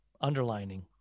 underlining